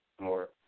more